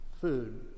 food